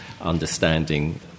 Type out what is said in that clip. understanding